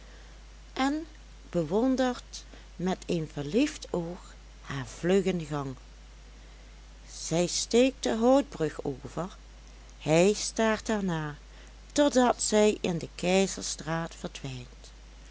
en bewondert met een verliefd oog haar vluggen gang zij steekt de houtbrug over hij staart haar na totdat zij in de keizerstraat verdwijnt